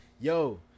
Yo